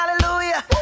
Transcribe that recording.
hallelujah